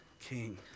king